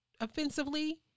offensively